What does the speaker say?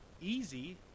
easy